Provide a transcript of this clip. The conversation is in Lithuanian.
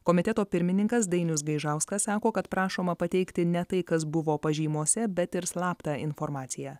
komiteto pirmininkas dainius gaižauskas sako kad prašoma pateikti ne tai kas buvo pažymose bet ir slaptą informaciją